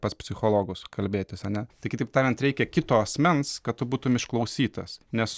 pas psichologus kalbėtis ane tai kitaip tariant reikia kito asmens kad tu būtum išklausytas nes